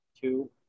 two